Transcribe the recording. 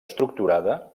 estructurada